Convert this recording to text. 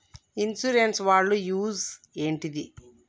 Insurance వాళ్ల use ఏంటిది?